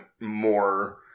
more